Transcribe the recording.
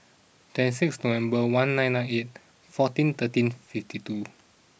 twenty six November one nine nine eight fourteen thirteen fifty two